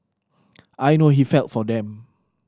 I know he felt for them